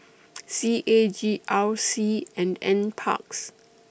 C A G R C and NParks